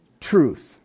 truth